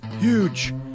huge